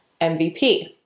MVP